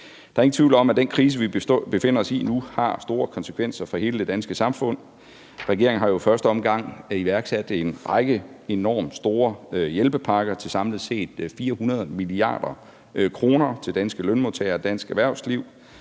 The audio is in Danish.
Der er ingen tvivl om, at den krise, vi befinder os i nu, har store konsekvenser for hele det danske samfund. Regeringen har jo i første omgang iværksat en række enormt store hjælpepakker til samlet set 400 mia. kr. til danske lønmodtagere og dansk erhvervsliv.